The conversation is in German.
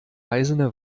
eisene